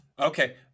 Okay